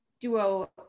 duo